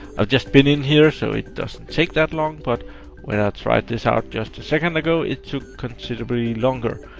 i've just been in here, so it doesn't take that long, but when i tried this out just a second ago, it took considerably longer.